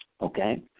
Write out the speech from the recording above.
okay